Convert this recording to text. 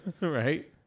Right